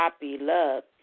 love